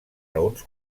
raons